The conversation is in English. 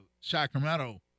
Sacramento